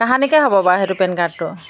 কাহানিকে হ'ব বা সেইটো পেন কাৰ্ডটো